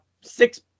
six